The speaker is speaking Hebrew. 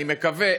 אני מקווה,